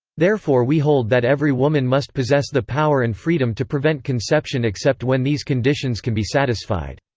therefore we hold that every woman must possess the power and freedom to prevent conception except when these conditions can be satisfied.